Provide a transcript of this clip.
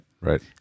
Right